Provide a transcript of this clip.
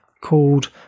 called